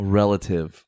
relative